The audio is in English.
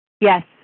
Yes